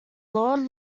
lord